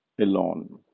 alone